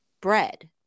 bread